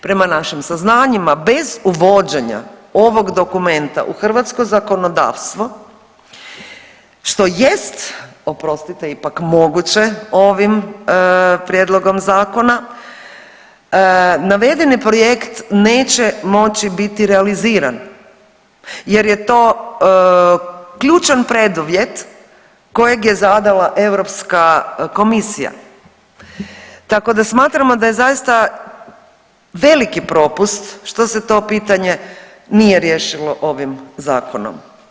Prema našim saznanjima bez uvođenja ovog dokumenta u hrvatsko zakonodavstvo što jest oprostite ipak moguće ovim prijedlogom zakona navedeni projekt neće moći biti realiziran jer je to ključan preduvjet kojeg je zadala Europska komisija, tako da smatramo da je zaista veliki propust što se to pitanje nije riješilo ovim zakonom.